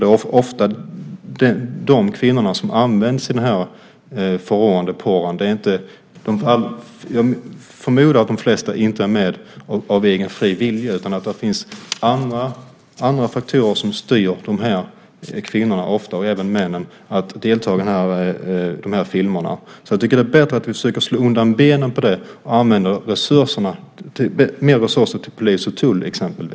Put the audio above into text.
Det är ofta just dessa kvinnor som används i den förråande pornografin. Jag förmodar att de flesta inte är med av egen fri vilja utan andra faktorer styr kvinnorna, och även männen, att delta i filmerna. Därför är det bättre att försöka slå undan benen på porrindustrin och i stället använda mer resurser på exempelvis polis och tull.